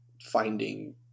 finding